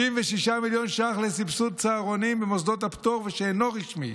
66 מיליון ש"ח לסבסוד צהרונים במוסדות הפטור ושאינו רשמי,